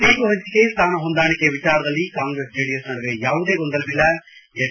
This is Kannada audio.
ಸೀಟು ಪಂಚಿಕೆ ಸ್ವಾನಹೊಂದಾಣಿಕೆ ವಿಚಾರದಲ್ಲಿ ಕಾಂಗ್ರೆಸ್ ಜೆಡಿಎಸ್ ನಡುವೆ ಯಾವುದೇ ಗೊಂದಲವಿಲ್ಲ ಪೆಚ್